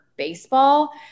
baseball